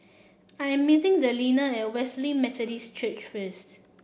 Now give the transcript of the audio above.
I am meeting Delina at Wesley Methodist Church first